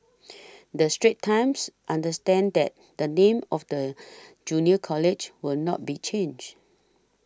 the Straits Times understands that the name of the Junior College will not be changed